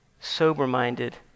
sober-minded